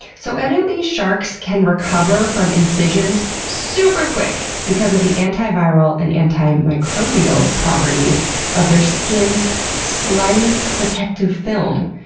so evidently, sharks can recover from incisions super quickly because of the antiviral and antimicrobial properties of their skin's slimy protective film.